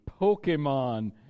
Pokemon